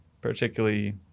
particularly